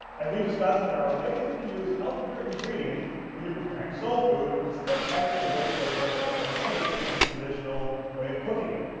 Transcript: as we've discussed, there are ways to use healthier ingredients when preparing soul food and still capture the great flavor and taste of traditional way of cooking it.